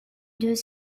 deux